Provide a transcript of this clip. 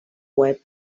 web